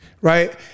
right